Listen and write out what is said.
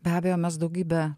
be abejo mes daugybę